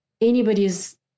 anybody's